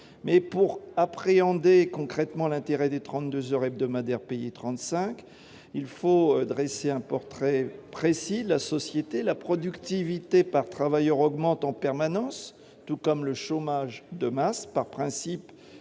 pour appréhender concrètement l'intérêt des 32 heures hebdomadaires payées 35, il faut dresser un portrait précis de la société : la productivité par travailleur augmente en permanence, tout comme le chômage de masse. Par principe,